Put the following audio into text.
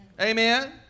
Amen